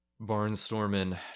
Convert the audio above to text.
barnstorming